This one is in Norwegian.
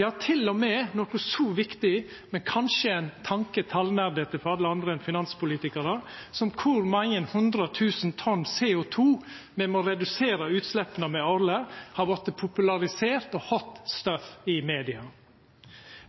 Ja til og med noko så viktig, men kanskje ein tanke talnerdete for alle andre enn finanspolitikarar, som kor mange hundre tusen tonn CO 2 me må redusera utsleppa med årleg, har vorte popularisert og «hot stuff» i media.